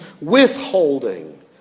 withholding